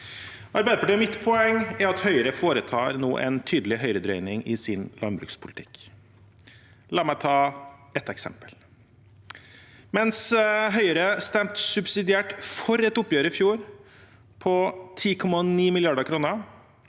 Arbeiderpartiets og mitt poeng er at Høyre nå foretar en tydelig høyredreining i sin landbrukspolitikk. La meg ta et eksempel: Mens Høyre i fjor stemte subsidiært for et oppgjør på 10,9 mrd. kr,